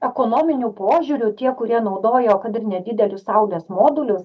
ekonominiu požiūriu tie kurie naudojo kad ir nedidelius saulės modulius